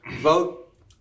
vote